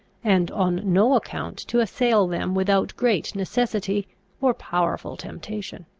and on no account to assail them without great necessity or powerful temptation.